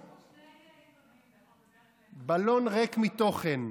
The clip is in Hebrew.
יש פה שני עיתונאים, בלון ריק מתוכן.